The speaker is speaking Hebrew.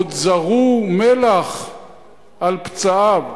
עוד זרו מלח על פצעיו,